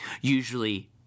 usually